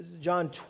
John